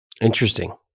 interesting